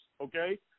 okay